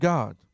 God